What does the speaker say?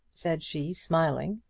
said she, smiling.